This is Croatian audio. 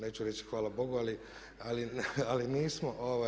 Neću reći hvala Bogu ali nismo.